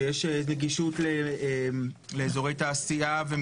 לאזורי תחבורה,